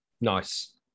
Nice